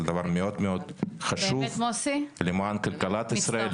זה דבר מאוד חשוב למען כלכלת ישראל,